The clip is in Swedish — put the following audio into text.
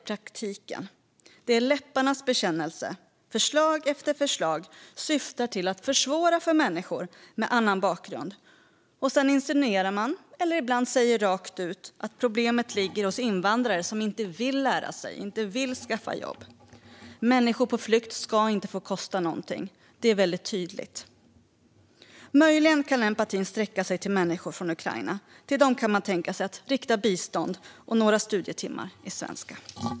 Det är en läpparnas bekännelse. Förslag efter förslag syftar till att försvåra för människor med annan bakgrund, och sedan insinuerar man - eller säger ibland rakt ut - att problemet ligger hos invandrare som inte vill lära sig och inte vill skaffa jobb. Människor på flykt ska inte få kosta oss någonting; det är väldigt tydligt. Möjligen kan empatin sträcka sig till människor från Ukraina - till dem kan man tänka sig att rikta bistånd och några studietimmar i svenska.